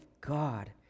God